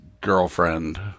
girlfriend